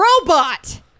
robot